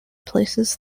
places